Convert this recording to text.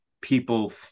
people